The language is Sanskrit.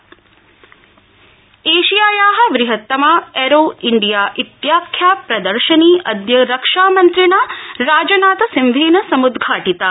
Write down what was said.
ऐरो शो एशियाया बृहत्तमा ऐरो इंडिया इत्याख्या प्र र्शनी अद्य रक्षामन्त्रिणा राजनाथ सिंहेन सम्द घाटिता